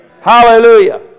Hallelujah